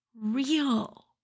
real